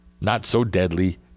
not-so-deadly